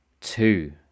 two